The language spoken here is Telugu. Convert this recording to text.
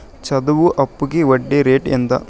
చదువు అప్పుకి వడ్డీ రేటు ఎంత?